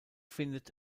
findet